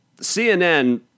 CNN